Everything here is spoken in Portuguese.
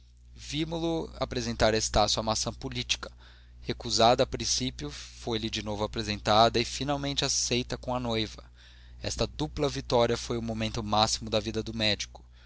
vimolo apresentar a estácio a maçã política recusada a principio foi-lhe de novo apresentada e finalmente aceita com a noiva esta dupla vitória foi o momento máximo da vida do médico